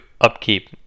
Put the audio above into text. upkeep